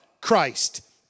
Christ